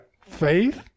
faith